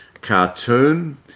cartoon